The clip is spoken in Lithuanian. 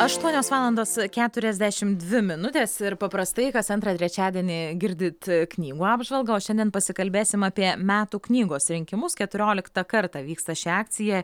aštuonios valandos keturiasdešimt dvi minutės ir paprastai kas antrą trečiadienį girdit knygų apžvalgą o šiandien pasikalbėsime apie metų knygos rinkimus keturioliktą kartą vyksta ši akcija